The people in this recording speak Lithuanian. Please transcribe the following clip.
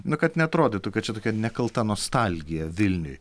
na kad neatrodytų kad čia tokia nekalta nostalgija vilniui